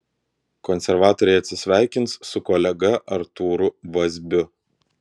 konservatoriai atsisveikins su kolega artūru vazbiu